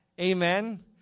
Amen